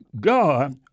God